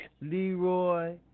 Leroy